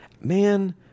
man